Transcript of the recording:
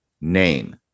name